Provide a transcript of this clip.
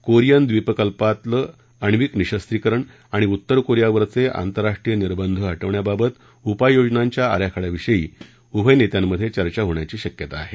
Korean ड्रीपकल्पातून अणिवक निशरिवकरण आणि उत्तर कोरियावरचे आंतरराष्ट्रीय निर्बंध हटवण्याबाबत उपाययोजनांच्या आराखड्याविषयी उभय नेत्यांमधे चर्चा होण्याची शक्यता आहे